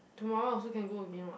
tomorrow also can go again [what]